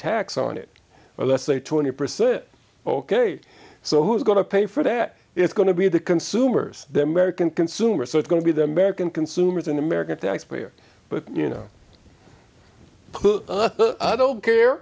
tax on it or let's say twenty percent ok so who's going to pay for that it's going to be the consumers the american consumer so it's going to be the american consumers and american taxpayers but you know i don't care